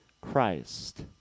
Christ